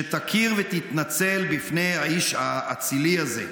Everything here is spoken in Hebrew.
שתכיר ותתנצל בפני האיש האצילי הזה,